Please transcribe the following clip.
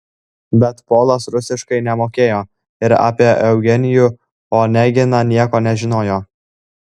bet polas rusiškai nemokėjo ir apie eugenijų oneginą nieko nežinojo